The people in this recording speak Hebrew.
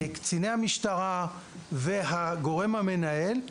קציני המשטרה והגורם המנהל,